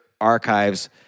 archives